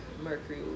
Mercury